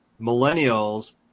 millennials